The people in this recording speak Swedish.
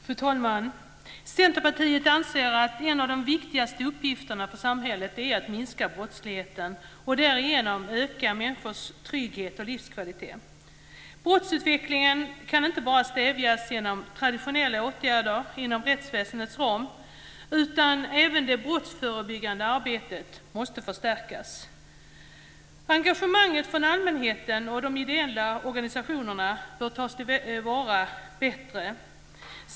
Fru talman! Centerpartiet anser att en av de viktigaste uppgifterna för samhället är att minska brottsligheten och därigenom öka människors trygghet och livskvalitet. Brottsutvecklingen kan inte stävjas bara genom traditionella åtgärder inom rättsväsendets ram, utan även det brottsförebyggande arbetet måste förstärkas. Engagemanget från allmänheten och de ideella organisationerna bör tas till vara bättre.